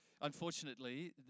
unfortunately